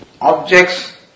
objects